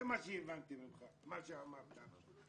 זה מה שהבנתי ממך, ממה שאמרת.